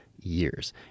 years